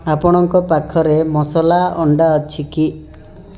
ଆପଣଙ୍କ ପାଖରେ ମସଲା ଅଣ୍ଡା ଅଛି କି